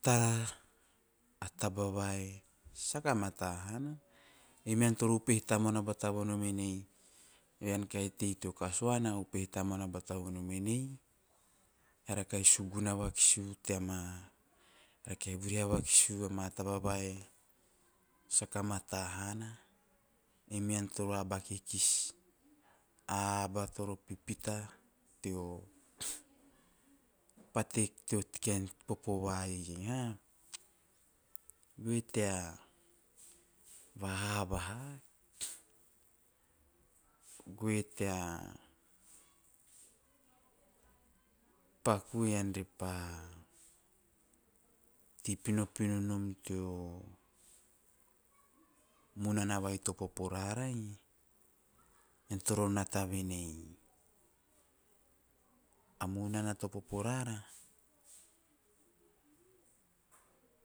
Tara a taba vai saka mata hana, ei mean toro upehe tamuana bata vonom en, bean kahi tei teo kasuana upehe tamuana bata vonom en, bean kahi suguna vakis u teama, eara kahi vuriha vakis u teama taba vai saka mata hana ei meara toro vakikis, a aba toro pipita teo, pate teo kaen popo va iei ha, goe tea vahaha vaha, goe tea paku ean re pa te pinopino nom teo munana vai to popo rarai, ean toro nata venei, munana to popo rara,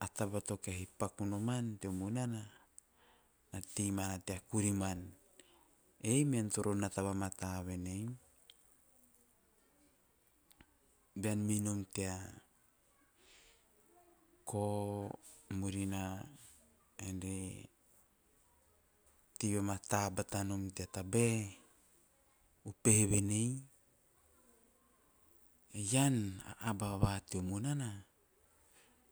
a taba to paku rara teo munana na tei mana tea kuriman, ei mean toro nata vamata venei bean meinom tea kao murina ean re tei vamata batanom tea tabae upehe venei ean a tabae va teo munana.